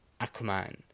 Aquaman